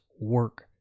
work